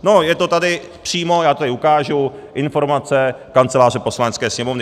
No, je to tady přímo, já to tady ukážu, informace Kanceláře Poslanecké sněmovny.